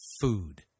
food